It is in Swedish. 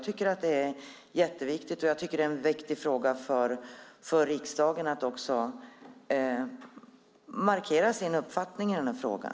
Det är viktigt också för riksdagen att markera sin uppfattning i frågan.